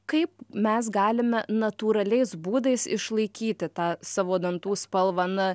kaip mes galime natūraliais būdais išlaikyti tą savo dantų spalvą na